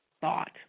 thought